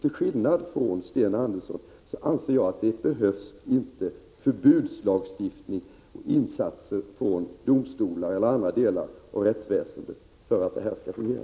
Till skillnad från Sten Andersson anser jag att det inte behövs förbudslagstiftning och insatser från domstolar eller andra delar av rättsväsendet för att detta skall fungera.